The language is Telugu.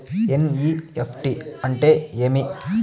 ఎన్.ఇ.ఎఫ్.టి అంటే ఏమి